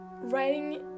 writing